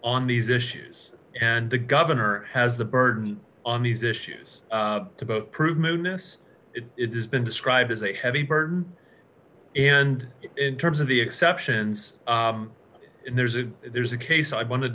on these issues and the governor has the burden on these issues to both prove minutes it's been described as a heavy burden and in terms of the exceptions and there's a there's a case i wanted